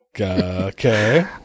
Okay